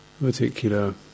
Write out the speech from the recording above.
particular